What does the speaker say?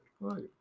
Right